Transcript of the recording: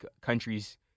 countries